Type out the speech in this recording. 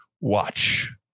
watch